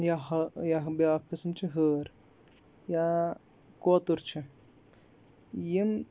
یا ہا یا بیٛاکھ قٕسٕم چھِ ہٲر یا کوتُر چھِ یِم